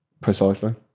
Precisely